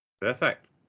Perfect